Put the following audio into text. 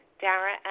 Dara